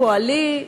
לפועלי,